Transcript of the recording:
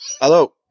hello